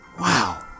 Wow